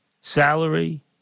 salary